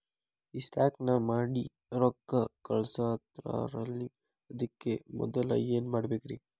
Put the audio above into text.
ಈ ಸ್ಕ್ಯಾನ್ ಮಾಡಿ ರೊಕ್ಕ ಕಳಸ್ತಾರಲ್ರಿ ಅದಕ್ಕೆ ಮೊದಲ ಏನ್ ಮಾಡ್ಬೇಕ್ರಿ?